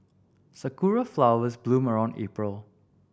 sakura flowers bloom around April